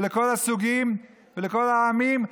לכל הסוגים ולכל העמים,